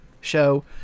show